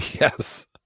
Yes